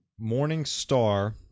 Morningstar